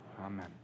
Amen